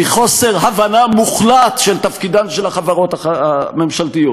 היא חוסר הבנה מוחלט של תפקידן של החברות הממשלתיות.